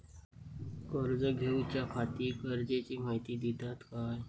कर्ज घेऊच्याखाती गरजेची माहिती दितात काय?